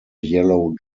yellow